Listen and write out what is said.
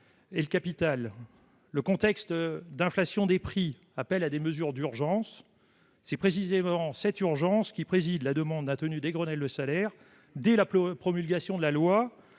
et le capital. Le contexte inflationniste appelle des mesures d'urgence. C'est précisément cette urgence qui préside à la demande de la tenue d'un Grenelle des salaires dès la promulgation de la loi